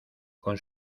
con